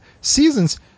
seasons